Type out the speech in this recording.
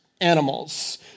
animals